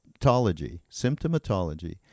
symptomatology